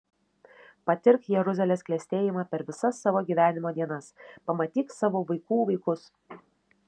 patirk jeruzalės klestėjimą per visas savo gyvenimo dienas pamatyk savo vaikų vaikus